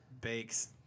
Bakes